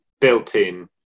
built-in